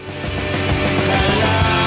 hello